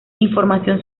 información